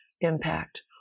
impact